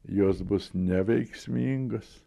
jos bus neveiksmingos